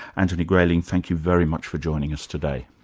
anthony grayling, thank you very much for joining us today.